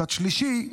מצד שלישי,